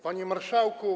Panie Marszałku!